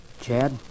Chad